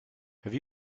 have